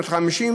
שנת ה-50,